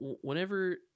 whenever